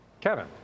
Kevin